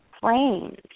planes